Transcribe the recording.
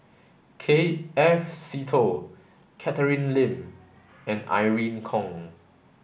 K F Seetoh Catherine Lim and Irene Khong